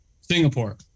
Singapore